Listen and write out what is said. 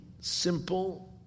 simple